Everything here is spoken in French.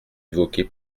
évoqué